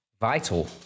vital